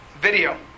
video